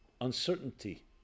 uncertainty